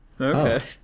Okay